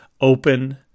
open